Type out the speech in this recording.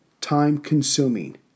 time-consuming